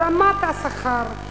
רמת השכר,